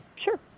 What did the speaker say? Sure